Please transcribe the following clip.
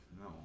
No